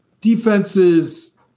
Defenses